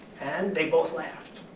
and they both laughed.